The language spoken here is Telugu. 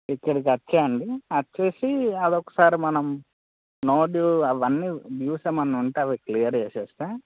ఇక్కడికి వచ్చేయండి వచ్చి అది ఒకసారి మనం నో డ్యూస్ అవన్నీ డ్యూస్ ఏమన్న ఉంటే అవి క్లియర్ చేస్తే